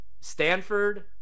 Stanford